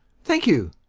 thank you.